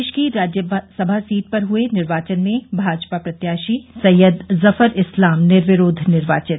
प्रदेश की राज्यसभा सीट पर हुये निर्वाचन में भाजपा प्रत्याशी सैय्यद जफर इस्लाम निर्विरोध निर्वाचित